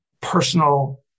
personal